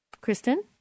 Kristen